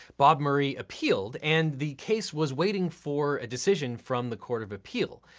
bob murray appealed, and the case was waiting for a decision from the court of appeal.